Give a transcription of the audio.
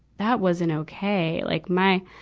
that wasn't okay. like my